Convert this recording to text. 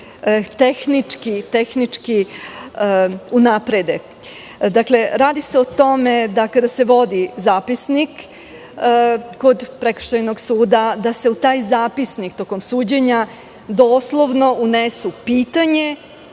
tehnički unaprede. Dakle, radi se o tome da kada se vodi zapisnik kod prekršajnog suda da se u taj zapisnik tokom suđenja doslovno unese pitanje,